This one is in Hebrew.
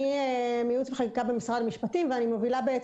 אני מיעוץ וחקיקה במשרד המשפטים ואני מובילה את